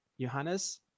Johannes